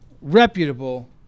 reputable